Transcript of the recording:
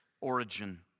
origin